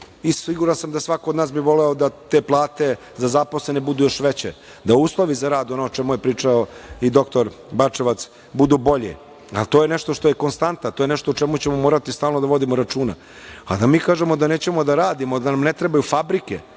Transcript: i siguran sam da svako od nas bi voleo da te plate za zaposlene budu još veće, da uslovi za rad, ono o čemu je pričao i dr Bačevac, budu bolji. Ali, to je nešto što je konstanta, to je nešto o čemu ćemo morati stalno da vodimo računa, a da mi kažemo da nećemo da radimo, da nam ne trebaju fabrike